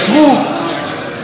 אפילו הקבינט,